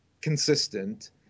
consistent